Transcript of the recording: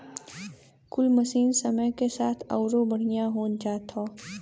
कुल मसीन समय के साथ अउरो बढ़िया होत जात हौ